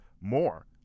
more